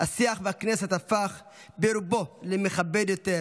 השיח בכנסת הפך ברובו למכבד יותר,